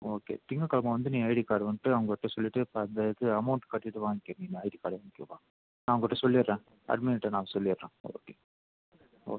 okay திங்கட்கிழமை வந்து நீ ஐடி கார்டை வந்துட்டு அவங்கள்கிட்ட சொல்லிவிட்டு அந்த இது அமௌண்ட் கட்டிவிட்டு வாங்கிக்கோ நீ ஐடி கார்டை வாங்கிக்கப்பா நான் அவங்கள்கிட்ட சொல்லிடறேன் அட்மின் நான் சொல்லிடறேன் ஓகே